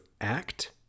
Act